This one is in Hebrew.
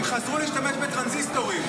הם חזרו להשתמש בטרנזיסטורים.